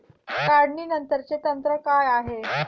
काढणीनंतरचे तंत्र काय आहे?